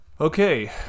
Okay